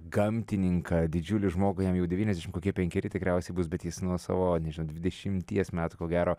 gamtininką didžiulį žmogų jam jau devyniasdešim kokie penkeri tikriausiai bus bet jis nu savo nežinau dvidešimties metų ko gero